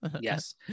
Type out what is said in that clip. Yes